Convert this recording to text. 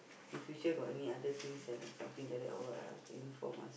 in future got any other things uh something like that or what ah you inform us